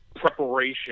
preparation